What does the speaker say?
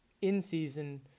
in-season